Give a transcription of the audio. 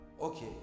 okay